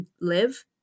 live